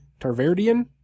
Tarverdian